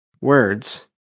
words